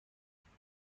تصمیم